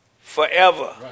forever